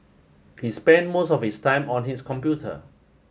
he spent most of his time on his computer